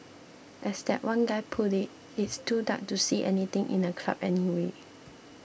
as that one guy put it it's too dark to see anything in a club anyway